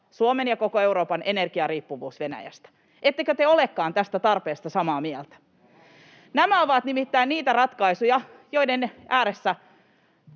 Suomen ja koko Euroopan energiariippuvuus Venäjästä. Ettekö te olekaan tästä tarpeesta samaa mieltä? Nämä ovat nimittäin niitä ratkaisuja, joiden ääressä